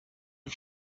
ich